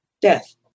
death